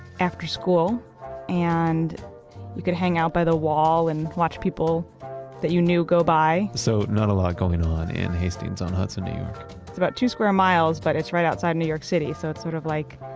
after school and you could hang out by the wall and watch people that you knew go by so not a lot going on in hastings-on-hudson new york it's about two square miles but right outside new york city. so sort of like,